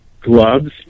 gloves